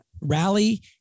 rally